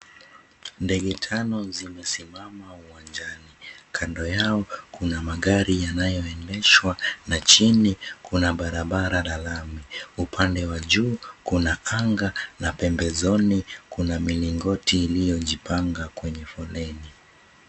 Ndege tano zimesimama uwanjani. Kando yao kuna magari yanayoendeshwa na chini kuna barabara la lami. Upande wa juu kuna anga na pembezoni kuna milingoti iliyojipanga kwenye foleni.